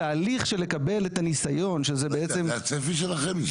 התהליך של לקבל את הניסיון שזה בעצם --- זה הצפי שלכם?